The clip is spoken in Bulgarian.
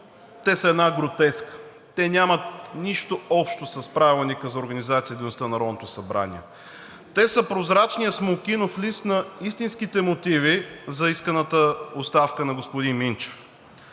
те са една гротеска, те нямат нищо общо с Правилника за организацията и дейността на Народното събрание. Те са прозрачният смокинов лист на истинските мотиви за исканата оставка на господин Минчев.